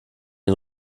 den